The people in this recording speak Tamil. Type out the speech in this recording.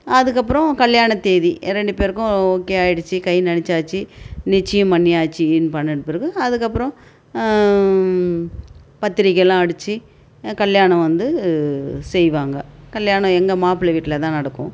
அதுக்கப்புறம் கல்யாண தேதி ரெண்டு பேருக்கும் ஓகே ஆகிடுச்சி கை நெனைச்சாச்சி நிச்சயம் பண்ணியாச்சுன்னு பண்ணின பிறகு அதுக்கப்புறம் பத்திரிக்கைலாம் அடித்து கல்யாணம் வந்து செய்வாங்க கல்யாணம் எங்கள் மாப்பிள்ளை வீட்டில் தான் நடக்கும்